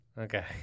Okay